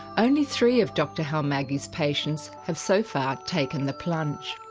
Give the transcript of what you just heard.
only three of dr halmagyi's patients have so far taken the plunge.